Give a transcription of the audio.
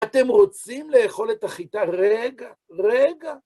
אתם רוצים לאכול את החיטה? רגע, רגע.